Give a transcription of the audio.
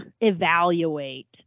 evaluate